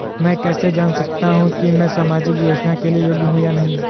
मैं कैसे जान सकता हूँ कि मैं सामाजिक योजना के लिए योग्य हूँ या नहीं?